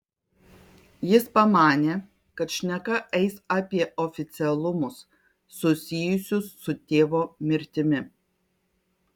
jis pamanė kad šneka eis apie oficialumus susijusius su tėvo mirtimi